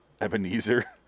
Ebenezer